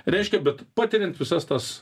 reiškia bet patiriant visas tas